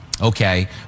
Okay